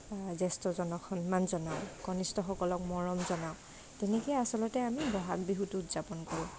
জেষ্ঠজনক সন্মান জনাওঁ কনিষ্ঠসকলক মৰম জনাওঁ তেনেকেই আচলতে আমি বহাগ বিহুটো উদযাপন কৰোঁ